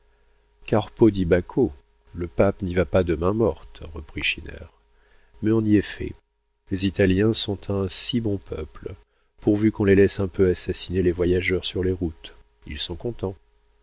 corpo di bacco le pape n'y va pas de main morte reprit schinner mais on y est fait les italiens sont un si bon peuple pourvu qu'on les laisse un peu assassiner les voyageurs sur les routes ils sont contents